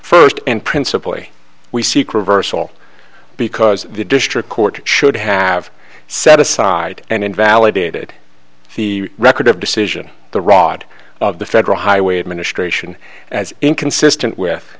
first and principally we seek reversal because the district court should have set aside and invalidated the record of decision the rod of the federal highway administration as inconsistent with